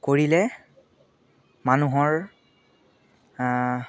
কৰিলে মানুহৰ